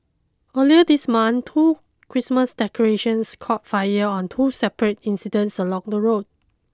earlier this month two Christmas decorations caught fire on two separate incidents along the road